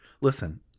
Listen